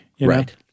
right